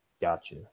gotcha